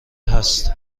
هست